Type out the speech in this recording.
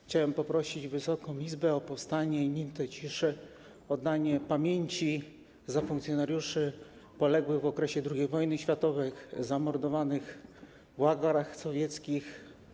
Chciałem poprosić Wysoką Izbę o powstanie i minutę ciszy, o uczczenie pamięci funkcjonariuszy poległych w okresie II wojny światowej, zamordowanych w łagrach sowieckich.